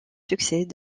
succès